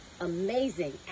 Amazing